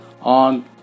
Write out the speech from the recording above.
on